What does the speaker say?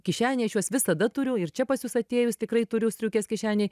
kišenėj aš juos visada turiu ir čia pas jus atėjus tikrai turiu striukės kišenėj